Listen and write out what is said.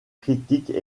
critiques